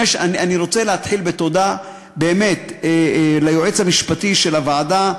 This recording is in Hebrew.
אני רוצה להתחיל בתודה באמת ליועץ המשפטי של הוועדה,